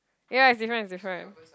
ya it's different it's different